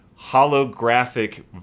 holographic